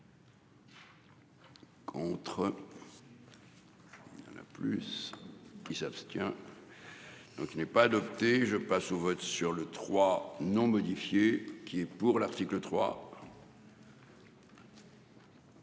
pour. Entre. Plus qui s'abstient. Donc il n'est pas adopté, je passe au vote sur le trois non modifié, qui est pour l'article 3.